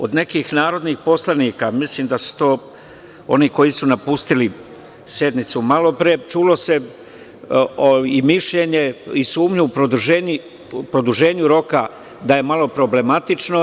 Od nekih narodnih poslanika, mislim da su to oni koji su napustili sednicu malopre, čulo se mišljenje i sumnja u produženju roka, da je malo problematično.